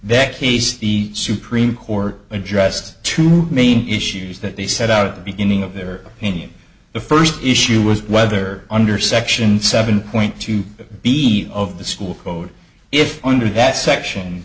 that he's the supremes court address two main issues that they set out the beginning of their opinion the first issue was whether under section seven point two b of the school code if under that section